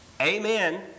Amen